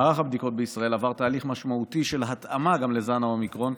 מערך הבדיקות בישראל עבר תהליך משמעותי של התאמה גם לזן האומיקרון,